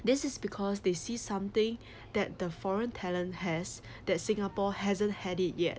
this is because they see something that the foreign talent has that singapore hasn't had it yet